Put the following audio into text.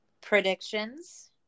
Predictions